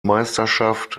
meisterschaft